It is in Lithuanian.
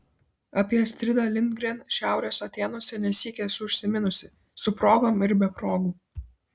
apie astridą lindgren šiaurės atėnuose ne sykį esu užsiminusi su progom ir be progų